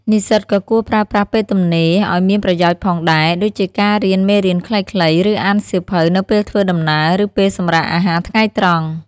និស្សិតក៏គួរប្រើប្រាស់ពេលទំនេរឲ្យមានប្រយោជន៍ផងដែរ ដូចជាការរៀនមេរៀនខ្លីៗ ឬអានសៀវភៅនៅពេលធ្វើដំណើរ ឬពេលសម្រាកអាហារថ្ងៃត្រង់។